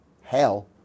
hell